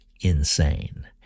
insane